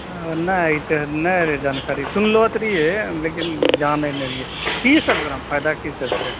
ओ नहि ई तऽ नहि रहै जानकारी सुनलो तऽ रहियै लेकिन जानै नहि रहियै की सब ओकरामे फायदा की सब छै